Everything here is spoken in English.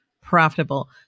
profitable